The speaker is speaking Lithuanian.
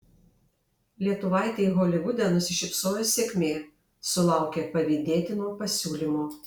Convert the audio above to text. lietuvaitei holivude nusišypsojo sėkmė sulaukė pavydėtino pasiūlymo